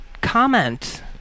comment